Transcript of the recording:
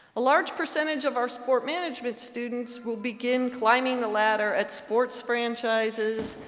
a large percentage of our sport management students will begin climbing the ladder at sports franchises,